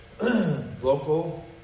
local